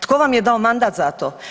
Tko vam je dao mandat za to?